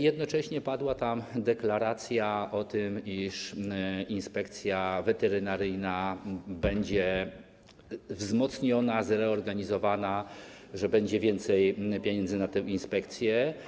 Jednocześnie padła tam deklaracja o tym, iż Inspekcja Weterynaryjna będzie wzmocniona, zreorganizowana, że będzie więcej pieniędzy na tę inspekcję.